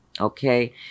Okay